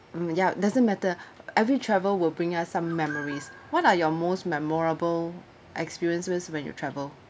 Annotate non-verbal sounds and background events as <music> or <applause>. mm ya doesn't matter <breath> every travel will bring us some memories what are your most memorable experiences when you travel